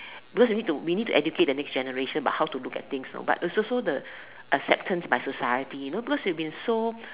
because we need we need to educate the next generation about how to look at things you know but it's also the acceptance by society you know because we've been so